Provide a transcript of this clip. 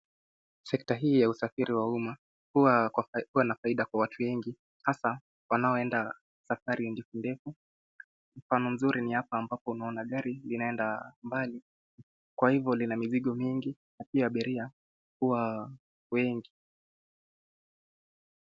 Sekta hii ya usafiri wa umma, huwa na faida kwa watu wengi hasa, wanaoenda safari ndefu ndefu, mfano mzuri ni hapa ambapo unaona gari linaenda mbali, kwa hivyo lina mizigo mingi na pia abiria huwa wengi.